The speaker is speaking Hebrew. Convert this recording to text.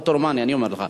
חוק עות'מאני, אני אומר לך.